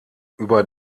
über